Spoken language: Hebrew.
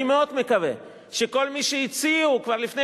אני מאוד מקווה שכל מי שהציעו כבר לפני